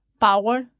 power